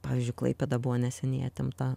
pavyzdžiui klaipėda buvo neseniai atimta